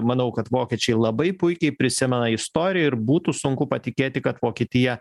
manau kad vokiečiai labai puikiai prisimena istoriją ir būtų sunku patikėti kad vokietija